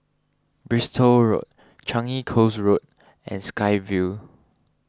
Bristol Road Changi Coast Road and Sky Vue